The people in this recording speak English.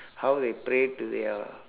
how they pray to their